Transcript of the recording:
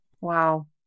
Wow